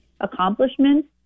accomplishments